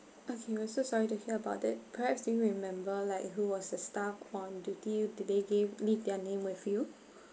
okay we're so sorry to hear about it perhaps do you remember like who was the staff on duty did they gave leave their name with you